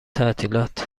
تعطیلات